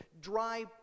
dry